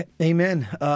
Amen